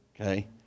Okay